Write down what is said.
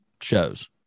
shows